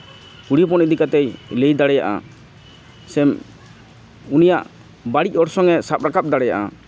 ᱠᱩᱲᱤ ᱦᱚᱯᱚᱱ ᱤᱫᱤ ᱠᱟᱛᱮᱭ ᱞᱟᱹᱭ ᱫᱟᱲᱮᱭᱟᱜᱼᱟ ᱥᱮᱢ ᱩᱱᱤᱭᱟᱜ ᱵᱟᱹᱲᱤᱡ ᱚᱨᱥᱚᱝ ᱮ ᱥᱟᱵ ᱨᱟᱠᱟᱵ ᱫᱟᱲᱮᱭᱟᱜᱼᱟ